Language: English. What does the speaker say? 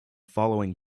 following